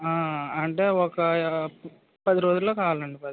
అంటే ఒక పది రోజుల్లో కావాలండి పది రోజులు